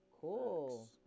Cool